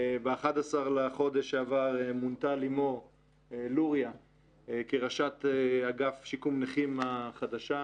ב-11 בחודש שעבר מונתה לימור לוריא כראשת אגף שיקום נכים החדשה.